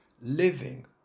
living